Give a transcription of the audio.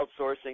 outsourcing